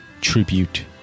tribute